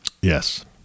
Yes